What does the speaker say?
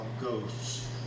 ghosts